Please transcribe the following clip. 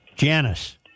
Janice